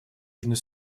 южный